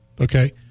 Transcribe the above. okay